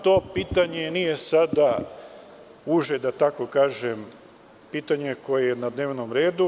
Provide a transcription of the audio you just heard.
To pitanje nije sada uže pitanje koje je na dnevnom redu.